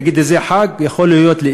נגיד שזה חג לאישה,